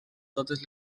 totes